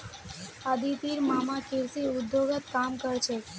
अदितिर मामा कृषि उद्योगत काम कर छेक